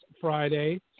Friday